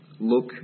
look